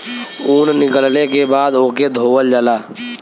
ऊन निकलले के बाद ओके धोवल जाला